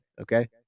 okay